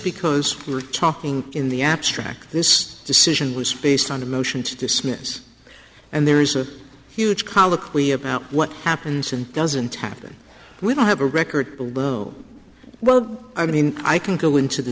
because we're talking in the abstract this decision was based on a motion to dismiss and there is a huge colloquy about what happens and doesn't happen we don't have a record low well i mean i can go into the